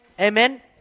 Amen